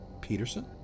Peterson